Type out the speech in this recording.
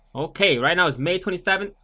ok right now is may twenty seven,